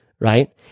right